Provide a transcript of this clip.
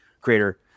creator